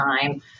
time